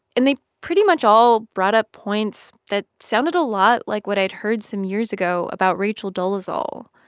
and they pretty much all brought up points that sounded a lot like what i'd heard some years ago about rachel dolezal.